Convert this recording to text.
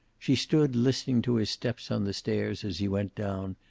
she stood listening to his steps on the stairs as he went down,